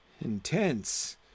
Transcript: intense